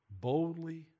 boldly